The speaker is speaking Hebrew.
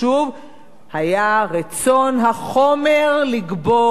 היה רצון החומר לגבור על הרוח,